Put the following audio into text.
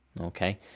okay